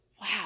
Wow